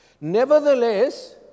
Nevertheless